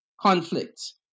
conflict